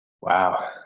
Wow